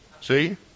See